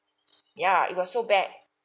ya it got so bad